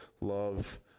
love